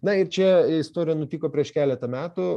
na ir čia istorija nutiko prieš keletą metų